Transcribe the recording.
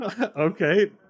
Okay